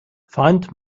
find